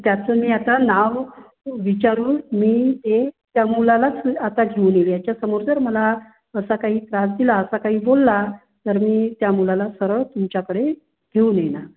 त्याचं मी आता नाव विचारून मी ए त्या मुलालाच मी आता घेऊन येईल याच्यासमोर जर मला असा काही त्रास दिला असा काही बोलला तर मी त्या मुलाला सरळ तुमच्याकडे घेऊन येणार